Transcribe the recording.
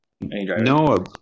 no